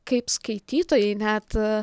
kaip skaitytojai net